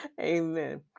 Amen